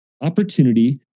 opportunity